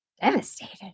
devastated